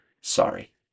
sorry